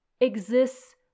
exists